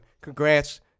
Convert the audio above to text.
Congrats